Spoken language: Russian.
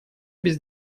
без